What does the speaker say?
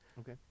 okay